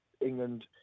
England